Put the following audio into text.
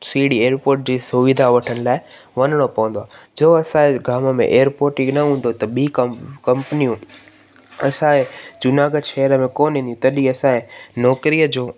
सीड़ी एरपोट जी सुविधा वठण लाइ वञिणो पवंदो आहे जो असांजे गाम में एरपोट ई न हूंदो त ॿी कंप कंपिनियूं असांजे जूनागढ़ शहर में कोन ईंदियूं तॾहिं असांजे नौकिरीअ जो